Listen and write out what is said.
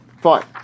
Fine